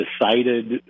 decided